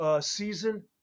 season